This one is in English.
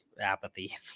apathy